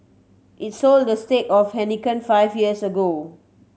it sold the stake of Heineken five years ago